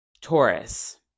Taurus